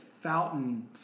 fountain